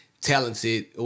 talented